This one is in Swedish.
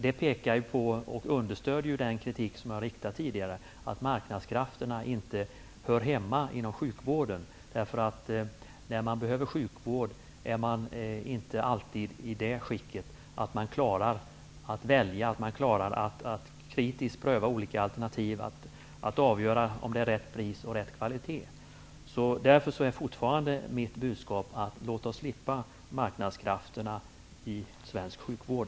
Detta understöder ju den kritik som jag har riktat tidigare när jag har sagt att marknadskrafterna inte hör hemma inom sjukvården. När man behöver sjukvård är man inte alltid i det skicket att man klarar av att välja, kritiskt pröva olika alternativ och avgöra om det är rätt pris och kvalitet. Därför är mitt budskap fortfarande: Låt oss slippa marknadskrafterna i svensk sjukvård!